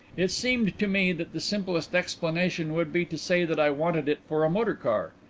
it seemed to me that the simplest explanation would be to say that i wanted it for a motor car.